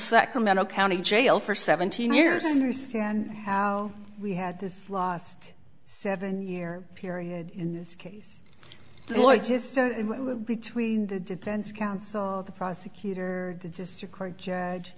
sacramento county jail for seventeen years understand how we had this last seven year period in this case lloyd just between the defense counsel the prosecutor the district court judge